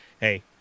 hey